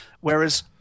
Whereas